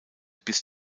bis